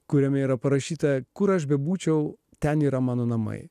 kuriame yra parašyta kur aš bebūčiau ten yra mano namai